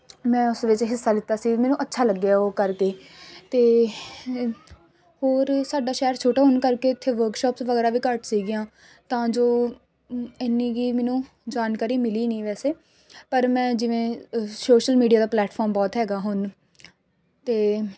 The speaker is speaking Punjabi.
ਮੈਂ ਉਸ ਵਿੱਚ ਹਿੱਸਾ ਲਿੱਤਾ ਸੀ ਮੈਨੂੰ ਅੱਛਾ ਲੱਗਿਆ ਉਹ ਕਰਕੇ ਅਤੇ ਹੋਰ ਸਾਡਾ ਸ਼ਹਿਰ ਛੋਟਾ ਹੋਣ ਕਰਕੇ ਇੱਥੇ ਵਰਕਸ਼ੋਪਸ ਵਗੈਰਾ ਵੀ ਘੱਟ ਸੀਗੀਆਂ ਤਾਂ ਜੋ ਇੰਨੀ ਕੁ ਮੈਨੂੰ ਜਾਣਕਾਰੀ ਮਿਲੀ ਨਹੀਂ ਵੈਸੇ ਪਰ ਮੈਂ ਜਿਵੇਂ ਸ਼ੋਸ਼ਲ ਮੀਡੀਆ ਦਾ ਪਲੈਟਫੋਮ ਬਹੁਤ ਹੈਗਾ ਹੁਣ ਤਾਂ